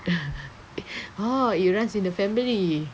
oh it runs in the family